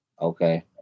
okay